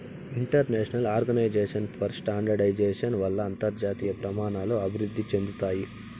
international Organization for Standardization వల్ల అంతర్జాతీయ ప్రమాణాలు అభివృద్ధి చెందుతాయి